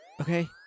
Okay